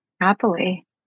Happily